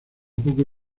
poco